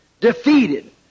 defeated